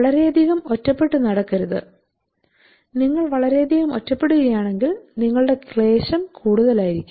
വളരെയധികം ഒറ്റപ്പെട്ടു നടക്കരുത് നിങ്ങൾ വളരെയധികം ഒറ്റപ്പെടുകയാണെങ്കിൽ നിങ്ങളുടെ ക്ലേശം കൂടുതൽ ആയിരിക്കും